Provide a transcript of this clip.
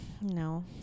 No